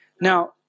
Now